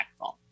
impactful